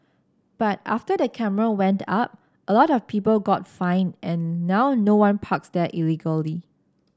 but after the camera went up a lot of people got fined and now no one parks there illegally